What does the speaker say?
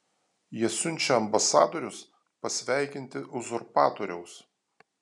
jie siunčia ambasadorius pasveikinti uzurpatoriaus